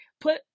Put